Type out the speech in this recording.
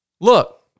look